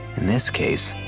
in this case,